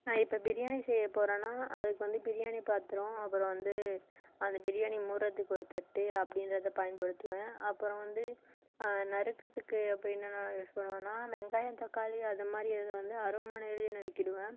இப்போ பிரியாணி செய்ய போறேனா அதுக்கு வந்து பிரியாணி பாத்தரம் அப்பறம் வந்து அந்த பிரியாணி மூடுறத்துக்கு ஒரு தட்டு அப்படின்றத பயன்படுத்துவேன் அப்பறம் வந்து நறுக்கத்துக்கு அப்படி என்னனல்லாம் யூஸ் பண்ணுவேனா வெங்காயம் தக்காளி அது மாதிரி அது வந்து அருவாமனைலேயே நறுக்கிடுவேன்